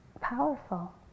powerful